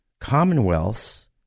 Commonwealths